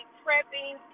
prepping